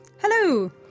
Hello